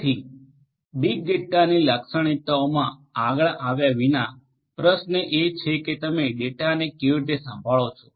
તેથી બીગ ડેટાની લાક્ષણિકતાઓમાં આગળ આવ્યા વિના પ્રશ્ન એ છે કે તમે ડેટાને કેવી રીતે સંભાળો છો